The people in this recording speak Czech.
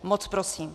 Moc prosím.